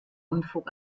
unfug